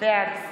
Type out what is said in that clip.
בעד